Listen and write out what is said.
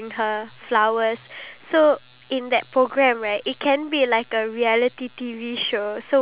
sort of like a reality show well I get uh couples like who are married over a period of time